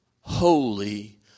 holy